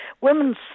women's